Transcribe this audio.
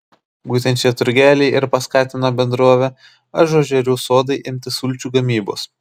būtent šie turgeliai ir paskatino bendrovę ažuožerių sodai imtis sulčių gamybos